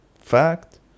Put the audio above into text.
fact